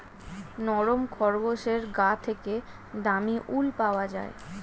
নরম খরগোশের গা থেকে দামী উল পাওয়া যায়